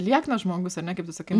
lieknas žmogus ar ne kaip tu sakai